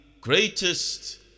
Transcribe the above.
greatest